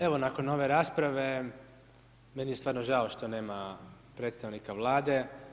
Evo nakon ove rasprave, meni je stvarno žao što nema predstavnika Vlade.